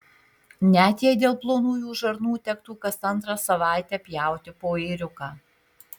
net jei dėl plonųjų žarnų tektų kas antrą savaitę pjauti po ėriuką